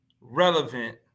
relevant